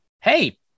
hey